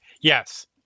Yes